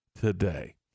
today